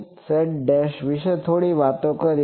gnz વિશે થોડી વાતો કરીએ